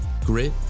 grit